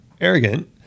arrogant